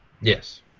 Yes